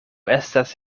estas